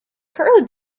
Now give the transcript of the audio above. curly